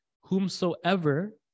Whomsoever